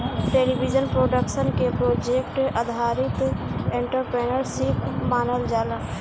television production के project आधारित entrepreneurship मानल जाला